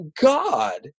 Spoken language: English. God